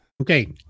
Okay